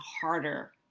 harder